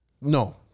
No